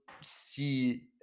see